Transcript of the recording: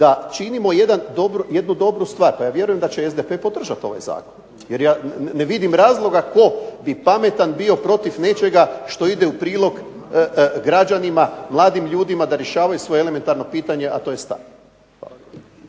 da činimo jednu dobru stvar pa ja vjerujem da će SDP podržat ovaj zakon jer ja ne vidim razloga tko bi pametan bio protiv nečega što ide u prilog građanima, mladim ljudima da rješavaju svoje elementarno pitanje, a to je stan.